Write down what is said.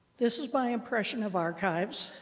this is my impression of archives.